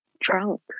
drunk